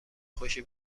خوشی